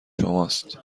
شماست